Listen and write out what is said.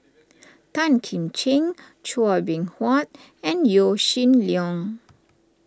Tan Kim Ching Chua Beng Huat and Yaw Shin Leong